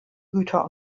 güter